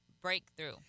breakthrough